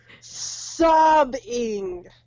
sobbing